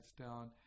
down